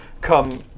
come